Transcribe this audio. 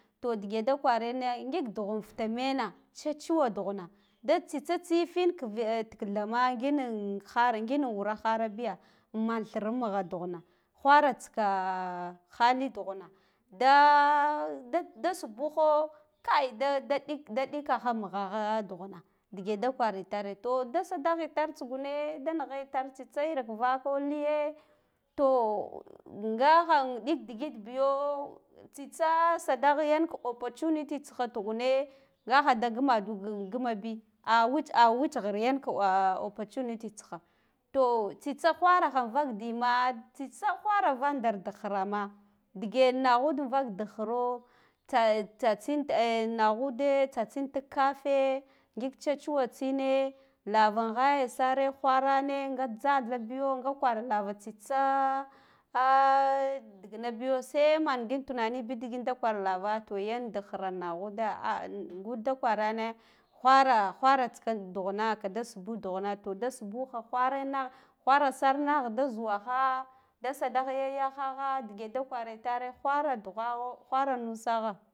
To ndige da kwarine ngig dughe an futa me? Na tsetsuwa dughuna dan tysitsa tsiifin kivil, ah tikithana ngin har ngin wura harabiya amme an thir mugha dughuna whara tsika hali dughuwa na daa dd da subuho kai da dd da dikaha mugha ha dughuna ndige da kwara itare to da gadah itar tsugune da nigha itar tsitsa iraka volko lige to ngahan ɗik digid biyo tsitsa sadah yanka a opportunity tsiha tugune ngaha da ngimadu ngimabi ahh ah watgghir yank ahh opporutnity tsiha to tsitsa gohara ha an vakdima tsitsa whara vandar dik ghirama ndige naghud vak dik ghiro tsatsin ehh naghude tsatsin tikka afe ngig tsetsuwa tsine lava an ghagare wharane nga jhathabiyo nga kwar lava tsitsitsa ahh ndignabiy saimangin tunani bidiggin da kwar lava to yan dik ghira naghuda ann ngunda kwarane whara whara tsitsa dughun a kida shu dughuna to da sbugha whara sarna da zuwa gha da sadah ya yahagha ndige da kwara itare whara dughagha whara nusa gha